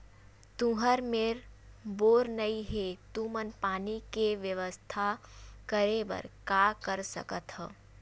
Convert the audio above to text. तुहर मेर बोर नइ हे तुमन पानी के बेवस्था करेबर का कर सकथव?